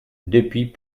depuis